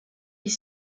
est